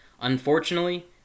Unfortunately